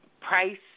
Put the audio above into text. price